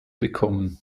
bekommen